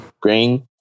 green